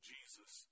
Jesus